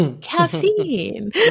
caffeine